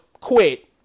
quit